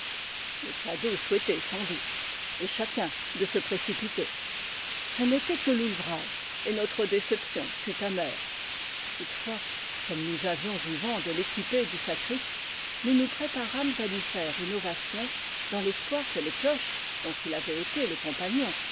le cadeau souhaité sans doute et chacun de se précipiter ce n'était que loull vraz et notre déception fut amère toutefois comme nous avions eu vent de l'équipée du sacriste nous nous préparâmes à lui faire une ovation dans l'espoir que les cloches dont il avait été le compagnon